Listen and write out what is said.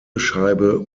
scheibe